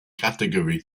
category